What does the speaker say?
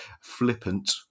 Flippant